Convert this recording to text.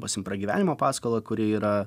pasiimti pragyvenimo paskolą kuri yra